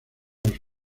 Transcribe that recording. los